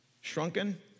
Shrunken